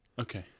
Okay